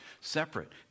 separate